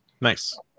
Nice